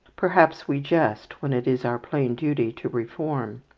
perhaps we jest when it is our plain duty to reform.